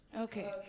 Okay